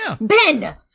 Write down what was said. Ben